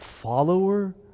follower